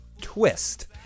Twist